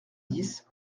dix